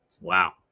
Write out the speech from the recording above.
Wow